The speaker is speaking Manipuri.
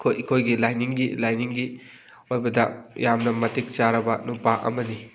ꯑꯩꯈꯣꯏꯒꯤ ꯂꯥꯏꯅꯤꯡꯒꯤ ꯂꯥꯏꯅꯤꯡꯒꯤ ꯑꯣꯏꯕꯗ ꯌꯥꯝꯅ ꯃꯇꯤꯛ ꯆꯥꯔꯕ ꯅꯨꯄꯥ ꯑꯃꯅꯤ